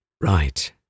Right